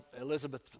Elizabeth